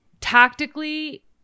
tactically